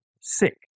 sick